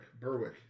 Berwick